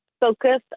focus